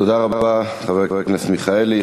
תודה רבה, חבר כנסת מיכאלי.